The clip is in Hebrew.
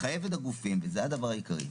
לחייב את הגופים - זה הדבר העיקרי.